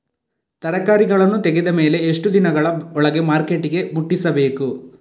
ತರಕಾರಿಗಳನ್ನು ತೆಗೆದ ಮೇಲೆ ಎಷ್ಟು ದಿನಗಳ ಒಳಗೆ ಮಾರ್ಕೆಟಿಗೆ ಮುಟ್ಟಿಸಬೇಕು?